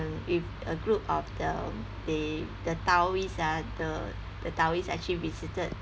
mm with a group of the they the taoist ah the taoist actually visited